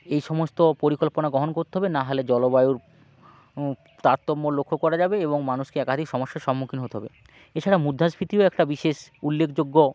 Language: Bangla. এই সমস্ত পরিকল্পনা গ্রহণ করতে হবে নাহালে জলবায়ুর তারতম্য লক্ষ্য করা যাবে এবং মানুষকে একাধিক সমস্যার সম্মুখীন হতে হবে এছাড়া মুদ্রাস্ফীতিও একটা বিশেষ উল্লেখযোগ্য